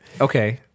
Okay